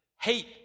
hate